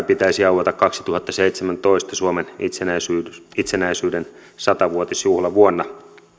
pitäisi aueta kaksituhattaseitsemäntoista suomen itsenäisyyden itsenäisyyden sata vuotisjuhlavuonna